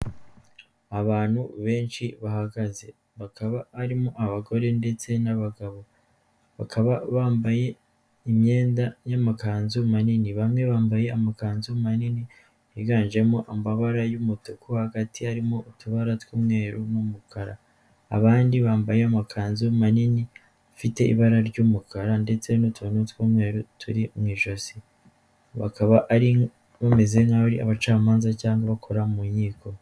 Abantu benshi bahagaze. Bakaba harimo abagore ndetse n'abagabo. Bakaba bambaye imyenda y'amakanzu manini. Bamwe bambaye amakanzu manini, yiganjemo amabara y'umutuku hagati harimo utubara tw'umweru n'umukara. Abandi bambaye amakanzu manini, afite ibara ry'umukara ndetse n'utuntu tw'umweru turi mu ijosi. Bakaba bameze nk'aho ari abacamanza cyangwa bakora mu nkiko.